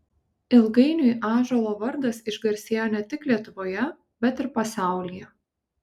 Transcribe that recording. ilgainiui ąžuolo vardas išgarsėjo ne tik lietuvoje bet ir pasaulyje